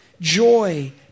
joy